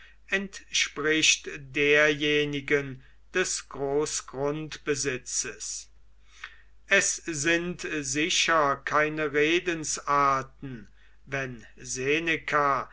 entspricht derjenigen des großgrundbesitzes es sind sicher keine redensarten wenn seneca